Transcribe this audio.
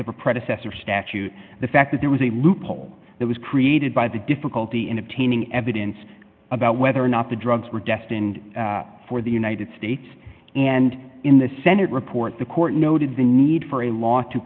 a predecessor statute the fact that there was a loophole that was created by the difficulty in obtaining evidence about whether or not the drugs were destined for the united states and in the senate report the court noted the need for a law to